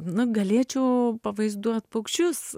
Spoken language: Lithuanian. nu galėčiau pavaizduot paukščius